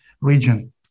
region